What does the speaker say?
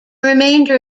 remainder